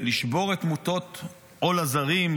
שלשבור את מוטות עול הזרים,